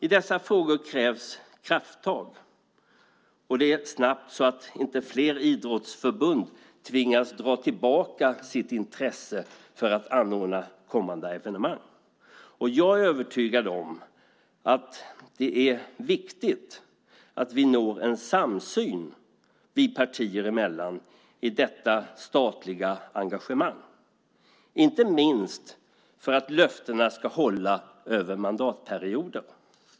I dessa frågor krävs krafttag och det snabbt, så att inte fler idrottsförbund tvingas dra tillbaka sitt intresse för att anordna kommande evenemang. Och jag är övertygad om att det är viktigt att vi når en samsyn partierna emellan i detta statliga engagemang, inte minst för att löftena ska hålla över mandatperioden.